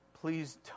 Please